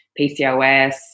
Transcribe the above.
PCOS